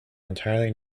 entirely